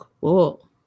cool